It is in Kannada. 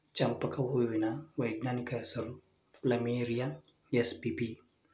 ಚಂಪಕ ಹೂವಿನ ವೈಜ್ಞಾನಿಕ ಹೆಸರು ಪ್ಲಮೇರಿಯ ಎಸ್ಪಿಪಿ